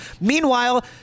Meanwhile